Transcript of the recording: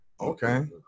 okay